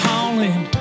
Hauling